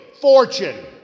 fortune